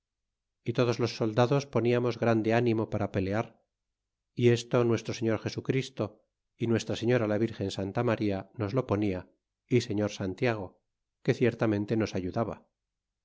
y todos los soldados poniamos grande ánimo para pelear y esto nuestro señor jesu christo y nuestra señora la virgen santa maría nos lo ponia y señor santiago que ciertamente nos ayudaba